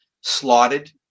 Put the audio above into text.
slotted